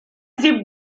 zip